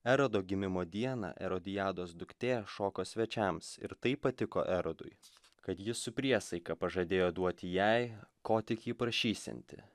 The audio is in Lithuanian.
erodo gimimo dieną erodijados duktė šoko svečiams ir taip patiko erodui kad jis su priesaika pažadėjo duoti jai ko tik ji prašysianti